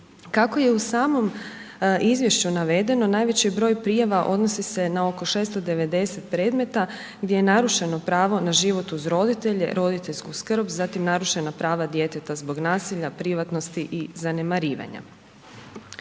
Kako je u samom izvješću navedeno najveći broj prijava odnosi se na oko 690 predmeta gdje je narušeno pravo na život uz roditelje, roditeljsku skrb, zatim narušena prava djeteta zbog nasilja, privatnosti i zanemarivanja.